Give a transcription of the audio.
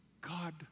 God